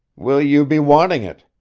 will you be wanting it?